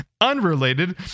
Unrelated